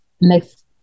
next